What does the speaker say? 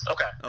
Okay